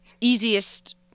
easiest